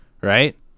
right